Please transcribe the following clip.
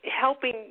Helping